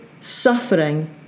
suffering